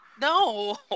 no